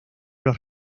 los